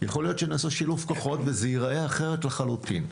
יכול להיות שנעשה שילוב כוחות וזה יראה אחרת לחלוטין.